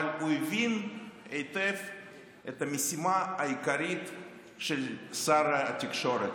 אבל הוא הבין היטב את המשימה העיקרית של שר התקשורת,